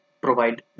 provide